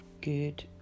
good